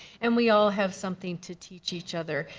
and we all have something to teach each other.